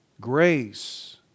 Grace